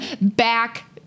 back